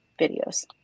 videos